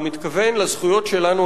הוא מתכוון לזכויות שלנו,